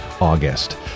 August